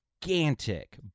gigantic